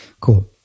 Cool